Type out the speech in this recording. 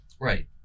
Right